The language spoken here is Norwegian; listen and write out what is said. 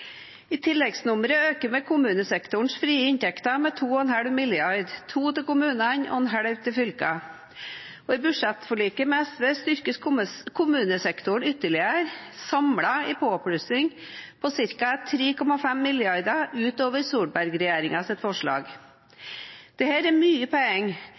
I tilleggsnummeret øker vi kommunesektorens frie inntekter med 2,5 mrd. kr – 2 mrd. kr til kommunene og 0,5 mrd. kr til fylkene – og i budsjettforliket med SV styrkes kommunesektoren ytterligere. Samlet er det en påplussing på ca. 3,5 mrd. kr utover Solberg-regjeringens forslag. Dette er mye penger,